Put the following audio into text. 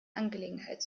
angelegenheit